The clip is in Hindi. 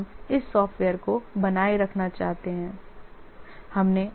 अब हम इस सॉफ़्टवेयर को बनाए रखना चाहते हैं